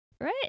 right